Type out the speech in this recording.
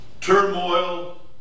turmoil